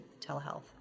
telehealth